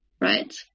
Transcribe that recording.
right